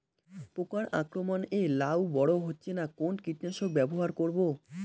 পোকার আক্রমণ এ লাউ বড় হচ্ছে না কোন কীটনাশক ব্যবহার করব?